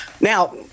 Now